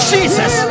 Jesus